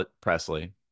Presley